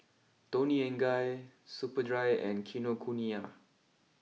Toni and Guy Superdry and Kinokuniya